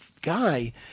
guy